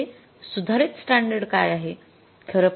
तर येथे सुधारित स्टॅंडर्ड काय आहे